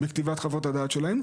בכתיבת חוות הדעת שלהם,